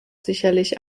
sicherlich